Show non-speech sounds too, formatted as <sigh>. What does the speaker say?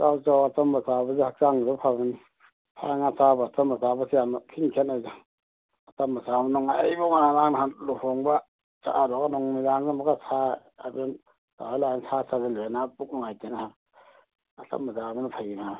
ꯆꯥꯎ ꯆꯥꯎ ꯑꯆꯝꯕ ꯆꯥꯕꯁꯤ ꯍꯛꯆꯥꯡꯁꯨ ꯐꯕꯅꯤ ꯁꯥ ꯉꯥ ꯆꯥꯕ ꯑꯆꯝꯕ ꯆꯥꯕꯁꯤ ꯌꯥꯝꯅ ꯊꯤꯅ ꯈꯦꯠꯅꯩꯗ ꯑꯆꯝꯕ ꯆꯥꯕꯅ ꯑꯩ ꯐꯥꯎ ꯉꯔꯥꯡ ꯅꯍꯥꯟ ꯂꯨꯍꯣꯡꯕ ꯆꯥꯔꯨꯔꯒ ꯅꯨꯃꯤꯗꯥꯡꯗꯨꯗ ꯑꯃꯨꯛꯀ ꯁꯥ <unintelligible> ꯁꯥ ꯆꯥꯁꯤꯜꯂꯨꯔꯦ ꯅꯥꯕ ꯄꯨꯛ ꯅꯨꯡꯉꯥꯏꯇꯦ ꯅꯥꯕ ꯑꯆꯝꯕ ꯆꯥꯕꯅ ꯐꯩ ꯅꯥꯕ